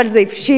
אבל זה הבשיל,